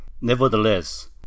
Nevertheless